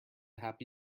happy